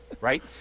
right